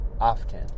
often